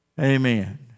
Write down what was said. Amen